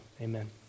Amen